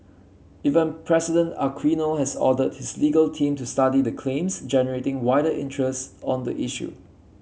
even President Aquino has ordered his legal team to study the claims generating wider interest on the issue